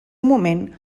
moment